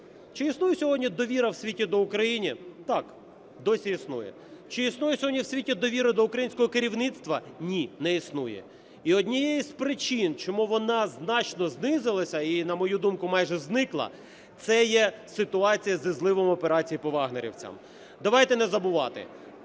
Чи існує сьогодні довіра в світі до України? Так, досі існує. Чи існує сьогодні в світі довіра до українського керівництва? Ні, не існує. І однією з причин, чому вона значно знизилася і, на мою думку, майже зникла, – це є ситуація зі зливом операції по "вагнерівцям". Давайте не забувати: